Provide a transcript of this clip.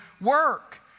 work